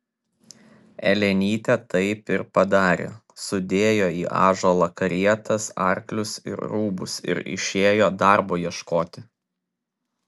elenytė taip ir padarė sudėjo į ąžuolą karietas arklius ir rūbus ir išėjo darbo ieškoti